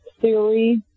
theory